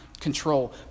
control